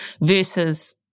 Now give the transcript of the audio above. versus